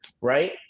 right